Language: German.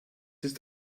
ist